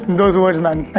those words man.